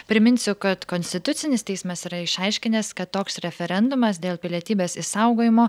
priminsiu kad konstitucinis teismas yra išaiškinęs kad toks referendumas dėl pilietybės išsaugojimo